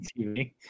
TV